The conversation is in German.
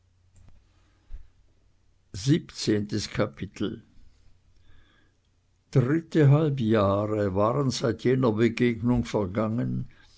siebzehntes kapitel drittehalb jahre waren seit jener begegnung vergangen